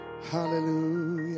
Hallelujah